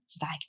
Bye